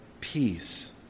peace